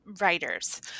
writers